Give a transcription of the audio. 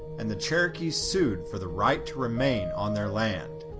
and the cherokee sued for the right to remain on their land.